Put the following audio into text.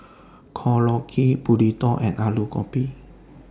Korokke Burrito and Alu Gobi